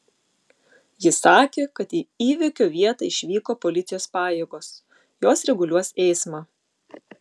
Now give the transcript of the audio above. ji sakė kad į įvykio vietą išvyko policijos pajėgos jos reguliuos eismą